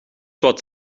wat